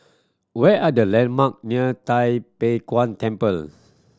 where are the landmark near Tai Pei Yuen Temple